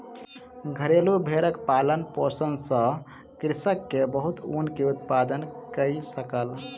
घरेलु भेड़क पालन पोषण सॅ कृषक के बहुत ऊन के उत्पादन कय सकल